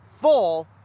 full